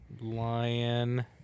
lion